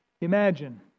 Imagine